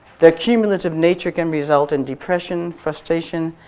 their cumulative nature can result in depression, frustration,